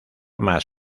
más